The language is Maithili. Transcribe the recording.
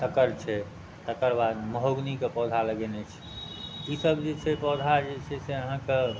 तकर छै तकर बाद मोहगनीके पौधा लगेने छी ई सब जे छै पौधा जे छै से अहाँकेँ